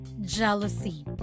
jealousy